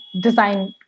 design